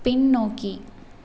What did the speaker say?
பின்னோக்கி